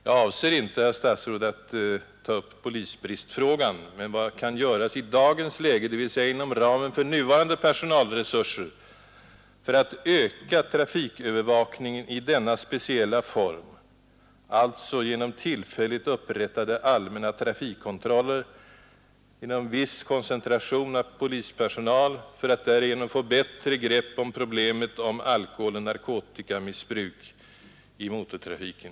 Jag avser inte, herr statsråd, att ta upp polisbristfrågan utan vad man kan göra i dagens läge inom ramen för nuvarande personalresurser för att öka trafikövervakningen i denna speciella form, alltså genom tillfälligt upprättade allmänna trafikkontroller, genom viss koncentration av polispersonal för att därigenom få bättre grepp om problemet om alkoholoch narkotikamissbruk i motortrafiken.